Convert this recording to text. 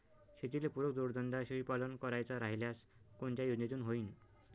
शेतीले पुरक जोडधंदा शेळीपालन करायचा राह्यल्यास कोनच्या योजनेतून होईन?